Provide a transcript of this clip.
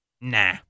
nah